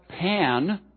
Pan